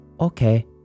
okay